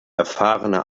erfahrene